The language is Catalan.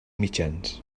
mitjans